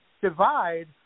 divide